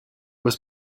was